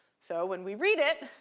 so when we read it,